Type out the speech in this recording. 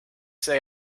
say